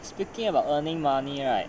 speaking about earning money right